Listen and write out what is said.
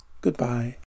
Goodbye